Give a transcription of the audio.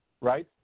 right